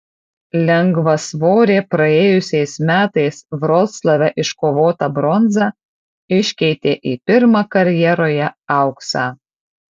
lengvasvorė praėjusiais metais vroclave iškovotą bronzą iškeitė į pirmą karjeroje auksą